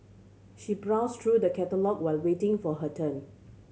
she browsed through the catalogue while waiting for her turn